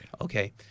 Okay